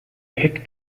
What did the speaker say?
heck